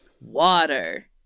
water